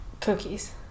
Cookies